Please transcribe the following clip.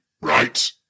right